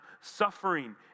suffering